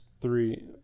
three